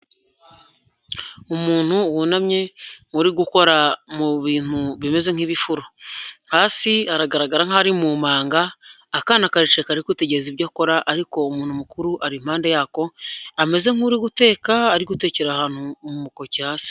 Umuntu wunamye uri gukora mu bintu bimeze nk'ibifuro, hasi aragaragara nk'aho ari mu manga, akana karicaye kari kwitegereza ibyo akora ariko umuntu mukuru ari impande yako, ameze nk'uri guteka ari gutekera ahantu mu mukoki hasi.